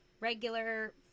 regular